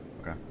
Okay